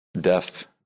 death